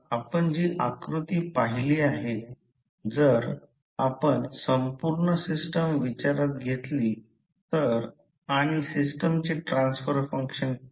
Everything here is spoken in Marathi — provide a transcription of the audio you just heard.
आता हिस्टेरेसिस लूप आहे इथे हिस्टेरेसिस लूप म्हणजे काय ते समजून घ्यावे लागेल कारण मॅग्नेटिक सर्किट मध्ये हे दिसेल म्हणून हे हिस्टेरेसिस लूप